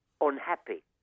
unhappy